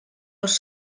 els